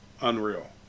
unreal